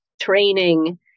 training